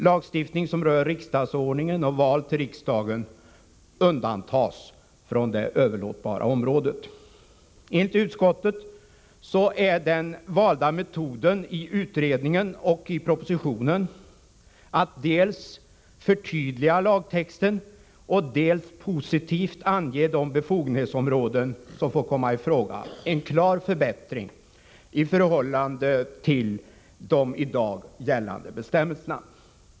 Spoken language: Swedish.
Lagstiftning som rör riksdagsordningen och val till riksdagen undantas från det överlåtbara området. Enligt utskottet är den valda metoden i utredningen och propositionen — att dels förtydliga lagtexten, dels positivt ange de befogenhetsområden som får komma i fråga — en klar förbättring i förhållande till de i dag gällande bestämmelserna.